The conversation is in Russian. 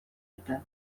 это